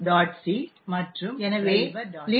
c மற்றும் driver